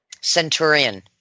Centurion